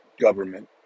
government